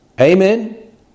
Amen